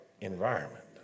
environment